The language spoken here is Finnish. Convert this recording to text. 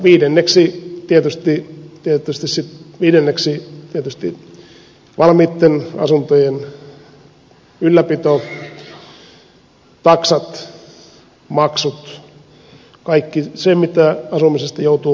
viidenneksi ovat tietysti valmiitten asuntojen ylläpito taksat maksut kaikki se mitä asumisesta joutuu maksamaan